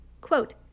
Quote